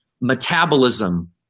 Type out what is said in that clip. metabolism